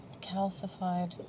calcified